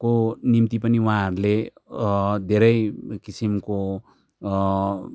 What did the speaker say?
को निम्ति पनि उहाँहरू धेरै किसिमको